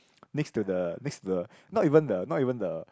next to the next to the not even the not even the